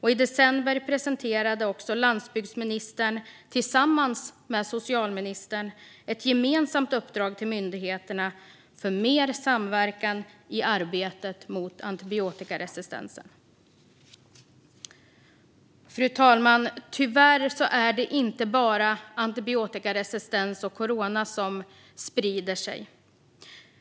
I december presenterade också landsbygdsministern tillsammans med socialministern ett gemensamt uppdrag till myndigheterna för mer samverkan i arbetet mot antibiotikaresistens. Fru talman! Tyvärr är det inte bara antibiotikaresistens och corona som sprider sig.